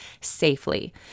safely